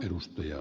arvoisa puhemies